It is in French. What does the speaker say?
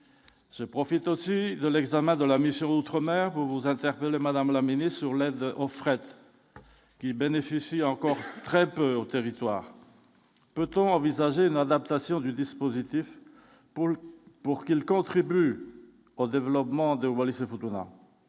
je profite aussi de l'examen de la mission outre-mer vous interpeller madame la sur l'aide au fret qui bénéficie encore très peu au territoire. Peut-on envisager une adaptation du dispositif pour pour qu'ils contribuent au développement de Wallis-et-Futuna,